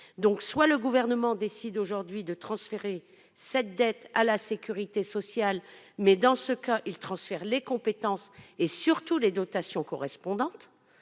Soit le Gouvernement décide aujourd'hui de transférer cette dette à la sécurité sociale, mais, dans ce cas, il transfère les compétences et surtout les dotations correspondantes